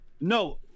No